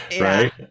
right